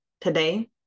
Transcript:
Today